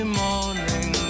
morning